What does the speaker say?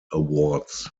awards